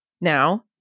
now